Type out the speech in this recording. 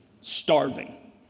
Starving